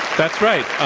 that's right.